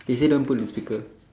they so don't pull the speaker